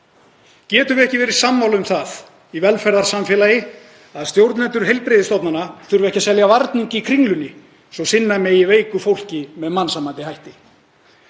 Getum við ekki verið sammála um það í velferðarsamfélagi að stjórnendur heilbrigðisstofnana þurfi ekki að selja varning í Kringlunni svo sinna megi veiku fólki með mannsæmandi hætti?